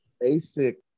basic